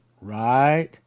right